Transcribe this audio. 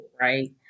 right